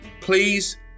please